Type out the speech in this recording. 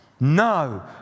No